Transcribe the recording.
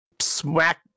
smack